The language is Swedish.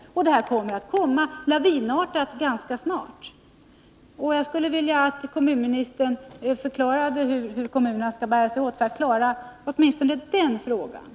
Denna situation kommer att uppstå med lavinartad snabbhet. Jag skulle vilja att kommunministern förklarade hur kommunerna skall bära sig åt för att klara åtminstone den saken.